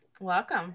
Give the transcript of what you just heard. Welcome